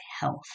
health